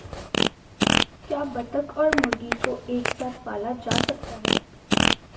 क्या बत्तख और मुर्गी को एक साथ पाला जा सकता है?